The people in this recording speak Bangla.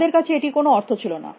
আমাদের কাছে এটির কোনো অর্থ ছিল না